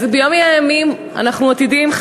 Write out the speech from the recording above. אז ביום מן הימים אנחנו עתידים,